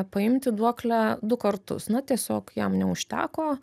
paimti duoklę du kartus na tiesiog jam neužteko